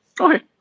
Okay